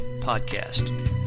podcast